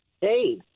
Hey